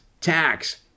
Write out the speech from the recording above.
tax